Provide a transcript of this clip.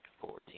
fourteen